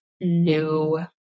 new